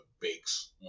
bakes